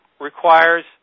requires